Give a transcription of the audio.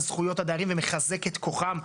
על זכויות הדיירים ומחזק את כוחם,